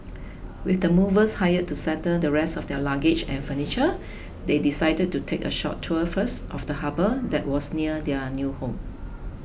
with the movers hired to settle the rest of their luggage and furniture they decided to take a short tour first of the harbour that was near their new home